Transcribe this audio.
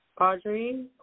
Audrey